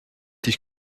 dich